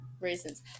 raisins